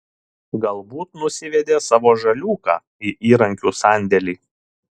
galbūt nusivedė savo žaliūką į įrankių sandėlį